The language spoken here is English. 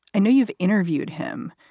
i know you've interviewed him.